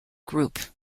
group